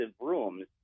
rooms